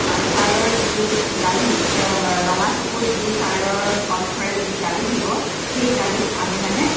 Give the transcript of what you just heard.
ছাৰৰ যি গালি ৰঙা চকুৰ যি ছাৰৰ কণ্ঠৰে যি গালি দিব সেই গালিত আমি মানে